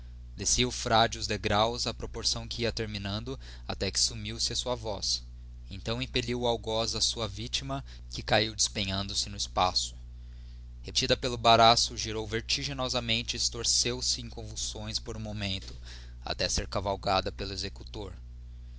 o frade degraus á proporção que ia terminando até que sumiu-se a sua voz então impelliu o algoz a sua victiraa que cahiu despenhando ee no espaço retida pelo baraço girou vertiginosamente e estorceu se em convulsões por um momento até ser cavalgada pelo executor